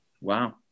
Wow